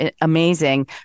amazing